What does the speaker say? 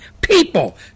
people